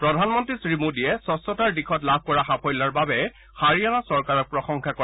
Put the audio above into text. প্ৰধানমন্তী শ্ৰী মোদীয়ে স্বচ্ছতাৰ দিশত লাভ কৰা সাফল্যৰ বাবে হাৰিয়ানা চৰকাৰক প্ৰশংসা কৰে